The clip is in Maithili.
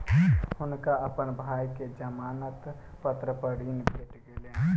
हुनका अपन भाई के जमानत पत्र पर ऋण भेट गेलैन